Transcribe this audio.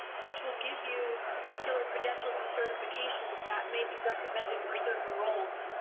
which will give you particular credentials and certifications that may be recommended for certain roles.